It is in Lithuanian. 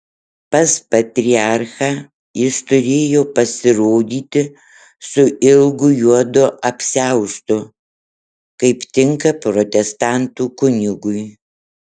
pas patriarchą jis turėjo pasirodyti su ilgu juodu apsiaustu kaip tinka protestantų kunigui